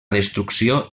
destrucció